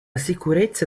sicurezza